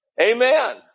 Amen